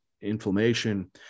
inflammation